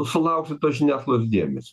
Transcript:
sulauksi tos žiniasklaidos dėmesio